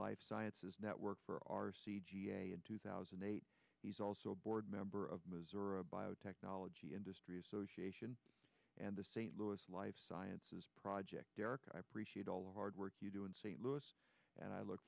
life sciences network for ours in two thousand and eight he's also a board member of missouri biotechnology industry association and the st louis life sciences project derek i appreciate all of our work you do in st louis and i look